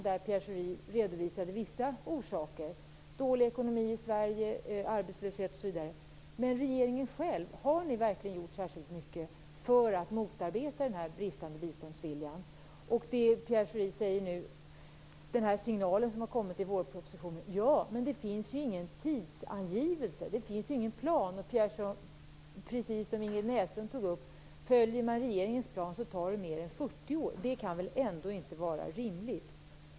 Pierre Schori redovisade vissa orsaker: dålig ekonomi i Sverige, arbetslöshet osv. Men har man i regeringen själv gjort särskilt mycket för att motarbeta den bristande biståndsviljan? Pierre Schori talar nu om en signal i vårpropositionen. Men det finns ju ingen tidsangivelse, det finns ju ingen plan. Precis som Inger Näslund tog upp: Följer man regeringens plan tar det mer än 40 år. Det kan väl ändå inte vara rimligt!